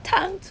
糖醋~